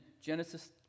Genesis